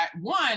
One